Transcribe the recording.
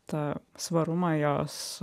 tą svarumą jos